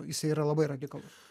jisai yra labai radikalus